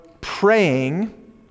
praying